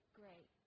great